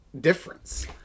difference